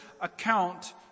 account